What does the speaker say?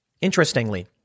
Interestingly